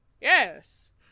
Yes